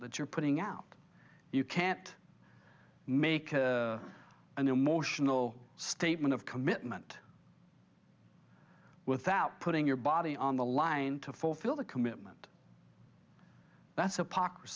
that you're putting out you can't make an emotional statement of commitment without putting your body on the line to fulfill the commitment that's apocrypha